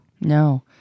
No